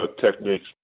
techniques